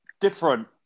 different